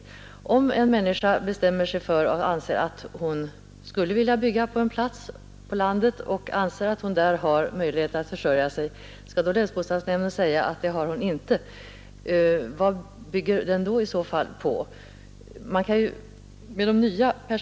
Om en människa skulle vilja bygga på en plats på landet och anser att hon där har möjlighet att försörja sig, skall då länsbostadsnämnden säga att hon inte har det? Vad grundar nämnden i så fall sin uppfattning på?